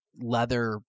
leather